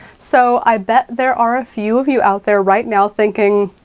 so i bet there are a few of you out there right now thinking,